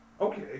okay